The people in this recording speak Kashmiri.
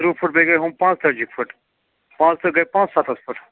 ترٕٛہ فُٹہٕ بیٚیہِ گٔے ہُم پانٛژتٲجی فُٹہٕ پٲنٛژترٛہ گٔے پانٛژسَتتھ فُٹہٕ